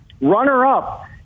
Runner-up